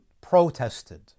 protested